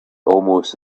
almost